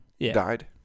died